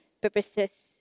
purposes